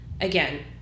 again